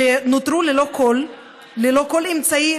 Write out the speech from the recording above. שנותרו ללא כל אמצעי,